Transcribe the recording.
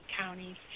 counties